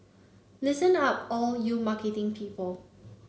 listened up all you marketing people